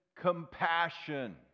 compassion